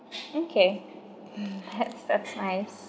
okay mm that's that's nice